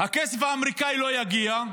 הכסף האמריקאי לא יגיע,